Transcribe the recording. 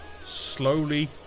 Slowly